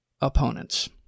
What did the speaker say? opponents